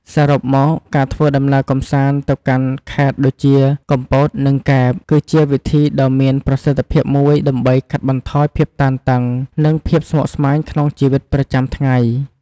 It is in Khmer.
សរុបមក ការធ្វើដំណើរកម្សាន្តទៅកាន់ខេត្តដូចជាកំពត និងកែប គឺជាវិធីដ៏មានប្រសិទ្ធភាពមួយដើម្បីកាត់បន្ថយភាពតានតឹង និងភាពស្មុគស្មាញក្នុងជីវិតប្រចាំថ្ងៃ។